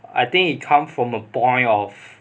I think it come from a point of